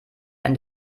ein